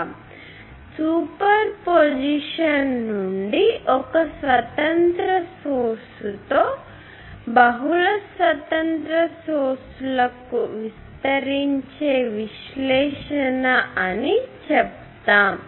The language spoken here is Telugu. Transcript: కాబట్టి సూపర్ పొజిషన్ నుండి ఒక స్వతంత్ర సోర్స్ తో బహుళ స్వతంత్ర సోర్స్ లకు విస్తరించే విశ్లేషణ అని చెప్తాము